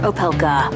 Opelka